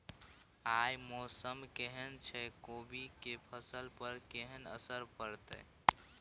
आय मौसम केहन छै कोबी के फसल पर केहन असर परतै?